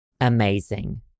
amazing